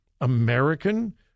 American